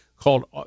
called